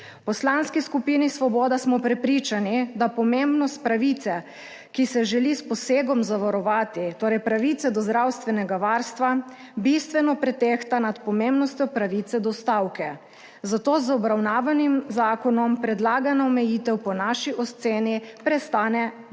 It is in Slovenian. Poslanski skupini Svoboda smo prepričani, da pomembnost pravice, ki se želi s posegom zavarovati, torej pravice do zdravstvenega varstva bistveno pretehta nad pomembnostjo pravice do stavke, zato z obravnavanim zakonom predlagana omejitev po naši oceni prestane vidik